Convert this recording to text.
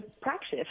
practice